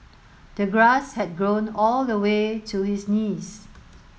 the grass had grown all the way to his knees